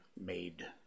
made